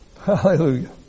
Hallelujah